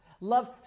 love